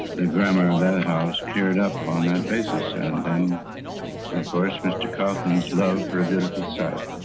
the grammar of that house geared up on that basis, and then of course mr. kaufmann's love for a beautiful site.